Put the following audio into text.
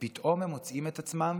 ופתאום הם מוצאים את עצמם